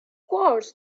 course